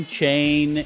chain